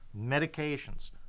medications